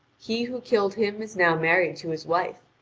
he who killed him is now married to his wife,